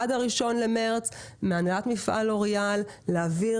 עד ה-01.03.2022 מהנהלת מפעל לוריאל להעביר